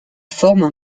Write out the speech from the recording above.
forment